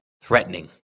threatening